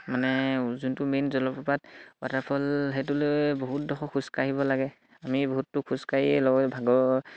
মানে যোনটো মেইন জলপ্ৰপাত ৱাটাৰফল সেইটো লৈ বহুত ডখৰ খোজকাঢ়িব লাগে আমি বহুত দূৰ খোজকাঢ়িয়েই ভাগৰ